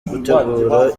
gutegura